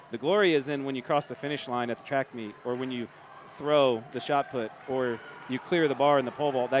the glory is in when you cross the finish line at the track meet or when you throw the shot put or you clear the bar in the pole vault.